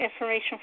information